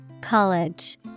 College